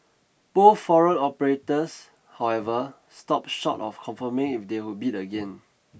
both foreign operators however stopped short of confirming if they would bid again